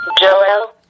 Joel